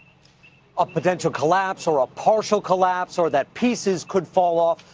a potential collapse or a partial collapse or that pieces could fall off.